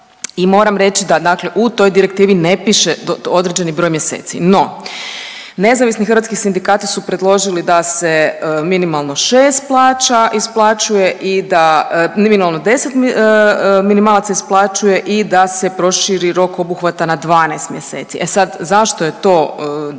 i moram reći da dakle u toj direktivi ne piše određeni broj mjeseci. No nezavisni hrvatski sindikati su predložili da se minimalno 6 plaća isplaćuje i da minimalno 10 minimalaca isplaćuje i da se proširi rok obuhvata na 12 mjeseci. E sad zašto je to dobar